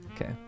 okay